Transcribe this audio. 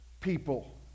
people